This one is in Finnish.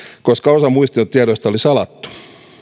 koska osa muistion tiedoista oli salattu